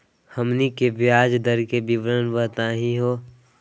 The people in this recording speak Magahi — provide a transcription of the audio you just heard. हमनी के ब्याज दर के विवरण बताही हो?